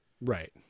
Right